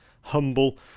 humble